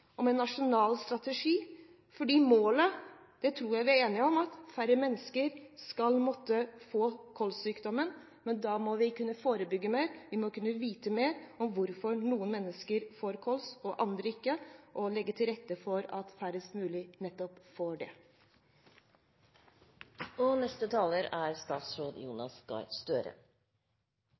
om: at færre mennesker skal måtte få kolssykdommen. Men da må vi kunne forebygge mer, vi må kunne vite mer om hvorfor noen mennesker får kols og andre ikke, og legge til rette for at færrest mulig får nettopp det. Jeg kunne være fristet til å si: Vi har en strategi for å bekjempe kols – vi har bygget kunnskap, vi har en vilje, og